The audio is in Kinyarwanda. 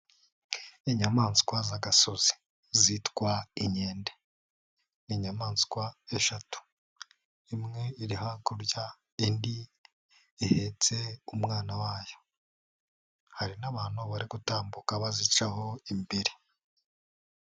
Inyamanswa z'agasozi zitwa inkende, ni inyamaswa eshatu, imwe iri hakurya indi ihetse umwana wayo, hari n'abantu bari gutambuka bazicaho imbere.